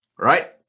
right